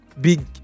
big